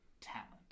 talent